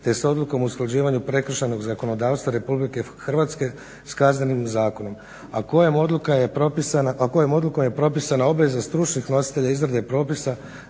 te s odlukom o usklađivanju prekršajnog zakonodavstva Republike Hrvatske s kaznenim zakonom, a kojom odlukom je propisana obveza stručnih nositelja izrade propisa